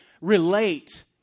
relate